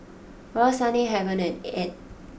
Roseanne Heaven and Edd